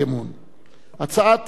הצעת האי-אמון הראשונה,